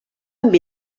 amb